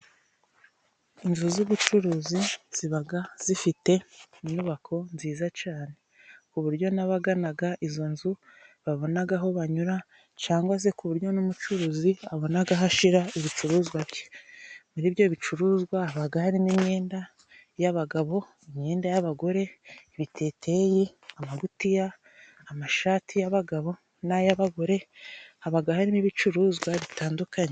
Inzu z'ubucuruzi zibaga zifite inyubako nziza cane. Ku buryo n'abaganaga izo nzu babonaga aho banyura, cangwa se ku buryo n'umucuruzi abonaga aho ashira ibicuruzwa bye. Muri byo bicuruzwa habaga harimo imyenda y'abagabo, imyenda y'abagore, ibiteteyi, amagutiya, amashati y'abagabo n'ay'abagore, habaga harimo ibicuruzwa bitandukanye.